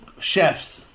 chefs